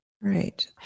Right